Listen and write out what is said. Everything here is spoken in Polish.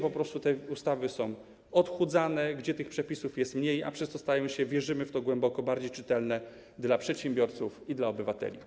Po prostu te ustawy są odchudzane, tych przepisów jest mniej, a przez to stają się, wierzymy w to głęboko, bardziej czytelne dla przedsiębiorców i dla obywateli.